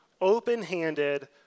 open-handed